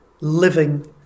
living